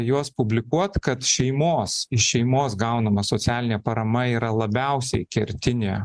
juos publikuot kad šeimos iš šeimos gaunama socialinė parama yra labiausiai kertinė